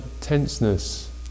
tenseness